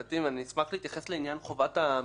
אשמח להתייחס לעניין חובת המכרזים.